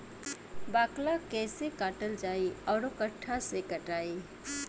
बाकला कईसे काटल जाई औरो कट्ठा से कटाई?